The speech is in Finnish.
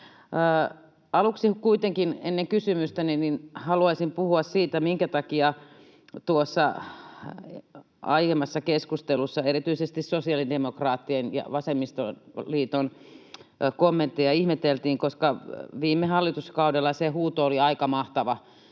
Aluksi kuitenkin ennen kysymystäni haluaisin puhua siitä, minkä takia tuossa aiemmassa keskustelussa erityisesti sosiaalidemokraattien ja vasemmistoliiton kommentteja ihmeteltiin. Viime hallituskaudella se huuto oli aika mahtava